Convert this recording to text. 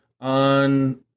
On